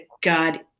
God